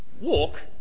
walk